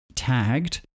tagged